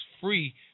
free